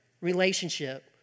relationship